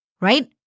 right